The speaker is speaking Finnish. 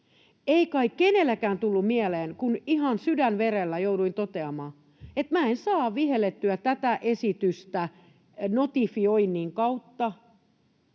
Ei kai kenellekään tullut mieleen se, kun ihan sydänverellä jouduin toteamaan, että minä en saa vihellettyä tätä esitystä notifioinnin kautta